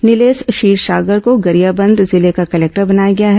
नीलेश क्षीरसागर को गरियाबंद जिले का कलेक्टर बनाया गया है